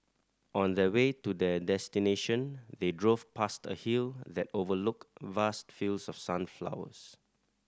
on the way to their destination they drove past a hill that overlooked vast fields of sunflowers